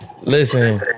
Listen